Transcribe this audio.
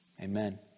Amen